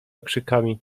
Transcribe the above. okrzykami